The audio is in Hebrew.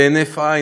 בזווית העין,